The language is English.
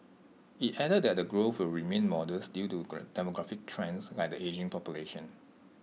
IT added that the growth will remain modest due to demographic trends like the ageing population